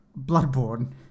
Bloodborne